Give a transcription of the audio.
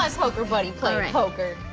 um poker buddy playin' poker?